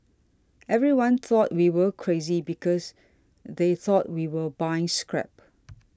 everyone thought we were crazy because they thought we were buying scrap